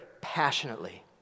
passionately